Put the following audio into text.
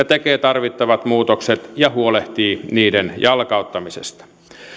tekee tarvittavat muutokset ja huolehtii niiden jalkauttamisesta